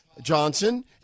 johnson